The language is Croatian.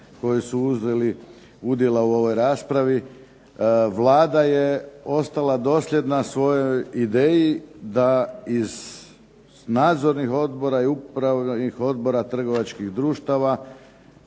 koji su uzeli udjela u ovoj raspravi. Vlada je ostala dosljedna svojoj ideji da iz nadzornih odbora i upravnih odbora trgovačkih društava